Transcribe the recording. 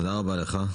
תודה רבה לך.